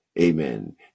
Amen